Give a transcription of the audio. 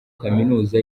kaminuza